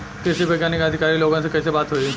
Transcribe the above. कृषि वैज्ञानिक या अधिकारी लोगन से कैसे बात होई?